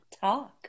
talk